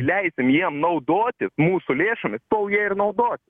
leisim jiem naudotis mūsų lėšomis tol jie ir naudosis